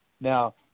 now